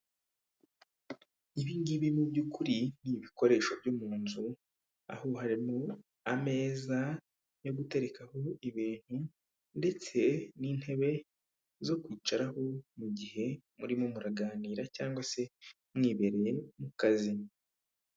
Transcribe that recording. Ibi ngibi mu byukuri, ni ibikoresho byo mu nzu, aho harimo ameza yo gutekarekaho ibintu, ndetse n'intebe zo kwicaraho mu gihe murimo muraganira cyangwa se mwibereye mu kazi.